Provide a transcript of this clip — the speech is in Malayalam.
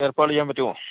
ഏർപ്പാടെയ്യാന് പറ്റുമോ